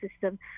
system